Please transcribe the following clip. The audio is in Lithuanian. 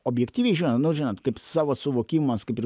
objektyviai žinot nu žinot kaip savo suvokimas kaip ir